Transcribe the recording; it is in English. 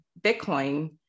Bitcoin